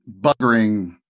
buggering